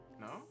No